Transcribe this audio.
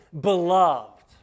beloved